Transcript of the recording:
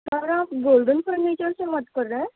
سر آپ golden furniture سے بات کر رہے ہیں